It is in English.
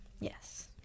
Yes